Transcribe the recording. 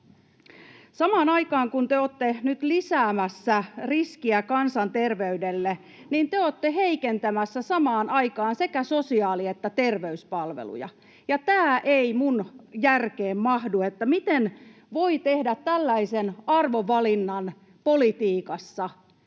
Samaan aikaan, kun te olette nyt lisäämässä riskiä kansanterveydelle, te olette heikentämässä sekä sosiaali‑ että terveyspalveluja, ja tämä ei minun järkeeni mahdu, miten voi tehdä tällaisen arvovalinnan politiikassa,